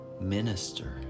minister